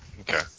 Okay